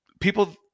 people